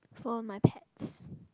for my pets